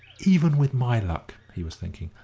even with my luck, he was thinking,